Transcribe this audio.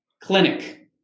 clinic